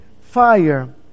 fire